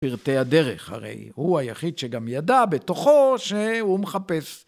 פרטי הדרך, הרי הוא היחיד שגם ידע בתוכו שהוא מחפש.